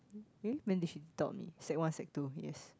eh when did she taught me sec one sec two yes